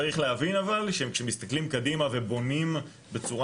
צריך להבין אבל שכשמסתכלים קדימה ובונים בצורה